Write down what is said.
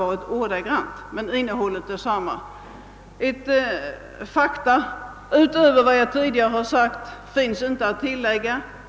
Några fakta utöver vad jag tidigare har sagt finns inte att tillägga.